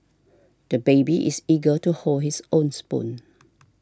the baby is eager to hold his own spoon